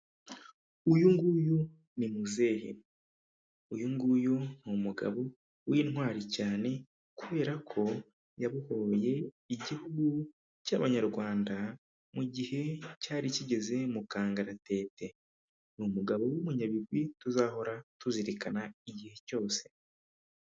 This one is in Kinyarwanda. Uyu nguyu ni muzehe, uyu nguyu ni umugabo w'intwari cyane kubera ko yabohoye igihugu cy'abanyarwanda mu gihe cyari kigeze mu kangaratete, ni umugabo w'umunyabigwi tuzahora tuzirikana igihe cyose.